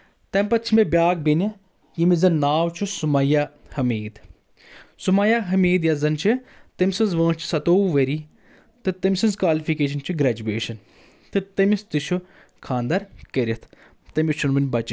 تَمہِ پتہٕ چھِ مےٚ بیاکھ بیٚنہِ ییٚمِس زن ناو چھُ سُمیا حمیٖد سُمیا حمید یۄس زن چھِ تٔمۍ سٕنٛز وٲنس چھِ ستوُہ ؤری تہٕ تٔمۍ سٕنٛز کالفکیشن چھِ گریجویشن تہٕ تٔمِس تہِ چھُ خانٛدر کٔرِتھ تٔمِس چھُنہٕ وُنہِ بچہِ کینٛہہ